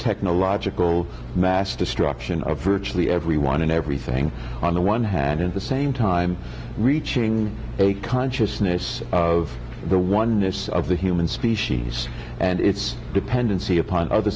technological mass destruction of virtually everyone and everything on the one hand in the same time reaching a consciousness of the oneness of the human species and its dependency upon other